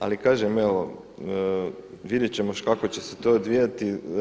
Ali kažem evo, vidjet ćemo kako će se to odvijati.